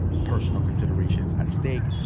personal considerations at stake,